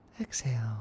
Exhale